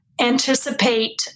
anticipate